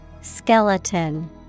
Skeleton